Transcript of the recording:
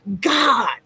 God